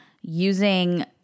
using